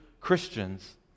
Christians